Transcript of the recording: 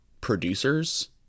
producers